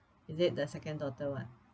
is it the second daughter [one]